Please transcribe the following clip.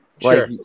Sure